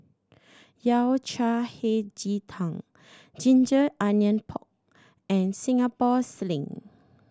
Yao Cai Hei Ji Tang ginger onion pork and Singapore Sling